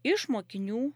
iš mokinių